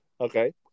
Okay